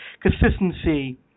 consistency